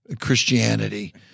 Christianity